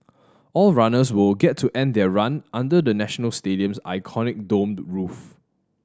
all runners will get to end their run under the National Stadium's iconic domed roof